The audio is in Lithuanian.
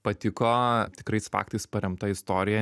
patiko tikrais faktais paremta istorija